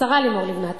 השרה לימור לבנת,